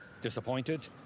Disappointed